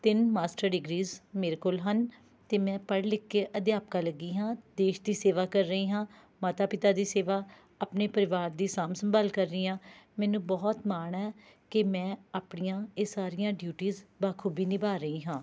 ਤਿੰਨ master degrees ਮੇਰੇ ਕੋਲ ਹਨ ਅਤੇ ਮੈਂ ਪੜ੍ਹ ਲਿਖ ਕੇ ਅਧਿਆਪਕਾ ਲੱਗੀ ਹਾਂ ਦੇਸ਼ ਦੀ ਸੇਵਾ ਕਰ ਰਹੀ ਹਾਂ ਮਾਤਾ ਪਿਤਾ ਦੀ ਸੇਵਾ ਆਪਣੇ ਪਰਿਵਾਰ ਦੀ ਸਾਂਭ ਸੰਭਾਲ ਕਰ ਰਹੀ ਹਾਂ ਮੈਨੂੁੰ ਬਹੁਤ ਮਾਣ ਹੈ ਕਿ ਮੈਂ ਆਪਣੀਆਂ ਇਹ ਸਾਰੀਆਂ ਡਿਊਟੀਸ ਬਾਖੂਬੀ ਨਿਭਾਅ ਰਹੀ ਹਾਂ